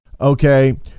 Okay